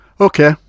Okay